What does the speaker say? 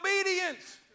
obedience